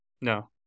no